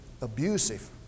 abusive